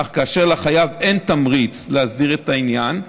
אך כאשר לחייב אין תמריץ להסדיר את העניין,